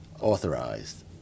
authorized